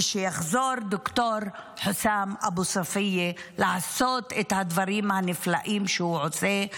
ושיחזור ד"ר חוסאם אבו ספיה לעשות את הדברים הנפלאים שהוא עושה,